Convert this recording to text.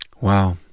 Wow